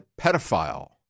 pedophile